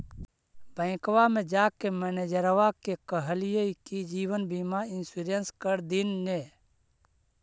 बैंकवा मे जाके मैनेजरवा के कहलिऐ कि जिवनबिमा इंश्योरेंस कर दिन ने?